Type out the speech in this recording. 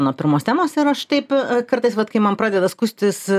nuo pirmos temos ir aš taip kartais vat kai man pradeda skųstis